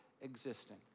existing